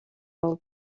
del